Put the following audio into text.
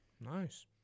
Nice